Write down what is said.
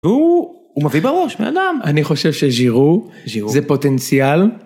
הוא מביא בראש מהאדם אני חושב שזה זה פוטנציאל.